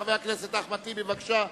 חבר הכנסת אחמד טיבי, בבקשה.